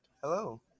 Hello